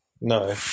No